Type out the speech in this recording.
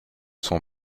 son